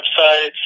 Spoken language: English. websites